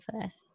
first